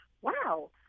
wow